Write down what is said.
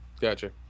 Gotcha